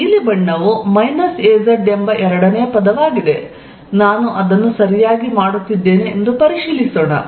ಈ ನೀಲಿ ಬಣ್ಣವು az ಎಂಬ ಎರಡನೆಯ ಪದವಾಗಿದೆ ನಾನು ಅದನ್ನು ಸರಿಯಾಗಿ ಮಾಡುತ್ತಿದ್ದೇನೆ ಎಂದು ಪರಿಶೀಲಿಸೋಣ